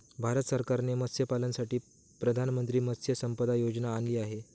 भारत सरकारने मत्स्यपालनासाठी प्रधानमंत्री मत्स्य संपदा योजना आणली आहे